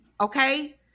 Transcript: Okay